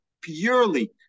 purely